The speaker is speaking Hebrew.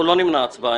אנחנו לא נמנע הצבעה,